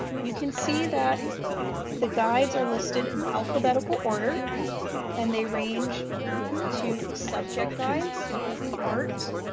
you can see that the guides are listed in alphabetical order and they range to subject guides like art,